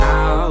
Now